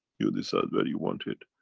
you decide where you want it.